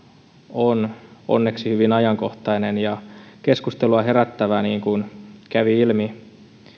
on onneksi hyvin ajankohtainen ja keskustelua herättävä niin kuin kävi ilmi